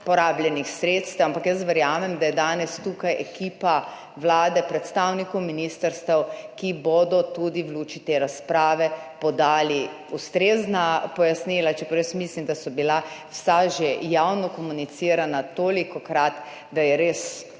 porabljenih sredstev. Ampak jaz verjamem, da je danes tukaj ekipa vlade, predstavnikov ministrstev, ki bodo tudi v luči te razprave podali ustrezna pojasnila, čeprav jaz mislim, da so bila vsa že javno komunicirana tolikokrat, da je res